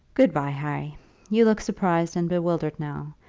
good-by, harry you look surprised and bewildered now,